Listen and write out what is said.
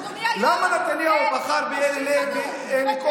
במה היא מאוחדת?